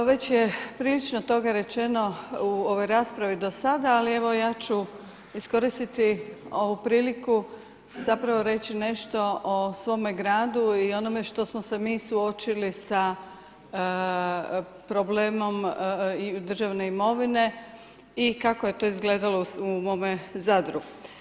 Već je prilično toga rečeno u ovoj raspravi do sada, ali evo ja ću iskoristiti ovu priliku zapravo reći nešto o svome gradu i onome što smo se mi suočili sa problemom državne imovine i kako je to izgledalo u mome Zadru.